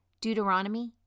Deuteronomy